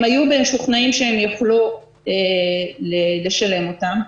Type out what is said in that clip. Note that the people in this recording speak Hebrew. הם היו והם משוכנעים שהם יוכלו לשלם אותה.